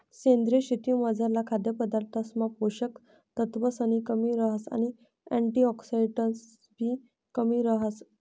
सेंद्रीय शेतीमझारला खाद्यपदार्थसमा पोषक तत्वसनी कमी रहास आणि अँटिऑक्सिडंट्सनीबी कमी रहास